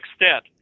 extent